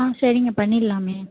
ஆ சரிங்க பண்ணிடலாமே